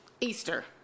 Easter